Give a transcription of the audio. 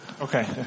Okay